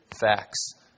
facts